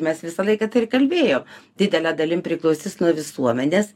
mes visą laiką tai ir kalbėjo didele dalim priklausys nuo visuomenės